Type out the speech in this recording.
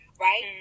right